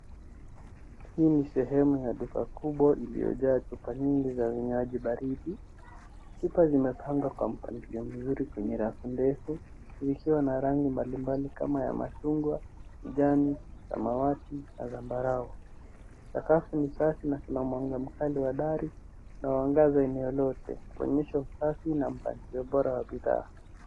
Huu ni sehemu ya duka kubwa iliyojaa chupa nyingi vya vinywaji baridi. Vyupa vimepangwa kwa mpangilio mzuri kwenye rafu ndefu ikiwa na rangi mbalimbali kama ya machungwa, kijani, samawati na zambarau. Sakafu ni safi na kuna mwanga kali wa dari inayoangaza eneo lote kuonyesha usafi na mpangilio bora wa bidhaa.